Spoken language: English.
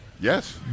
Yes